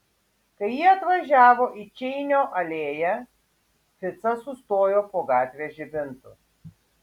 kai jie atvažiavo į čeinio alėją ficas sustojo po gatvės žibintu